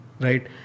Right